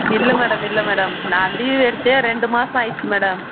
இல்லை மேடம் இல்லை மேடம் நான் லீவ் எடுத்தே ரெண்டு மாதம் ஆகிடுச்சு மேடம்